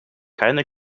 keine